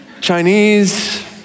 Chinese